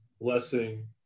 blessing